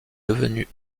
devenu